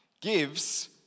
gives